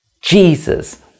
jesus